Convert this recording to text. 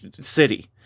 city